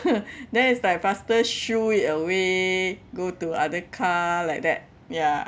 then it's like faster shoo it away go to other car like that ya